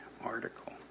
article